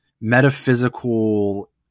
metaphysical